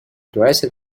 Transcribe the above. dressed